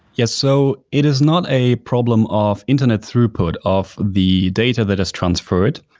yeah. so it is not a problem of internet throughput of the data that is transferred,